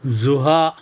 ஷுஹா